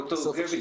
ד"ר דודקביץ,